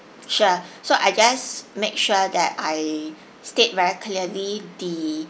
sure so I just make sure that I state very clearly the